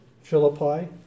Philippi